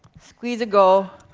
squeeze a go,